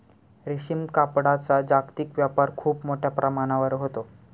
रेशीम कापडाचा जागतिक व्यापार खूप मोठ्या प्रमाणावर होतो